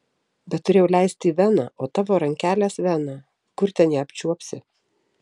bet turėjau leisti į veną o tavo rankelės vena kur ten ją apčiuopsi